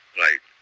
right